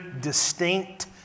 distinct